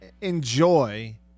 enjoy